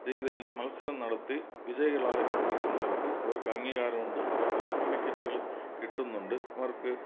രീതിയിൽ മത്സരം നടത്തി വിജയികളായി ഇരിക്കുന്നവർക്ക് അവർക്ക് അംഗീകാരവുമുണ്ട് അവർക്ക് സർട്ടിഫിക്കറ്റുകൾ കിട്ടുന്നുണ്ട് അവർക്ക്